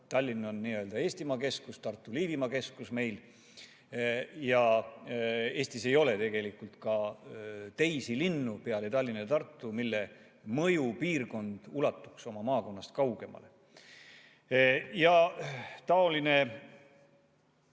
Tallinn on meil Eestimaa keskus ja Tartu Liivimaa keskus. Eestis ei ole ka tegelikult teisi linnu peale Tallinna ja Tartu, mille mõjupiirkond ulatuks oma maakonnast kaugemale. Taoline